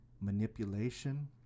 manipulation